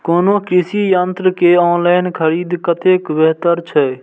कोनो कृषि यंत्र के ऑनलाइन खरीद कतेक बेहतर छै?